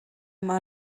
yma